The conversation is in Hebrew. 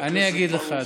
אני אגיד לך,